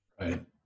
Right